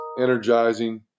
energizing